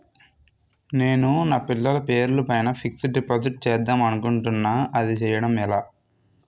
నేను నా పిల్లల పేరు పైన ఫిక్సడ్ డిపాజిట్ చేద్దాం అనుకుంటున్నా అది చేయడం ఎలా?